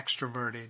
extroverted